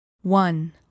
one